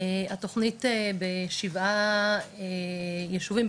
התוכנית בשבעה יישובים,